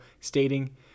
stating